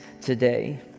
today